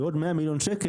ועוד 100 מיליון ₪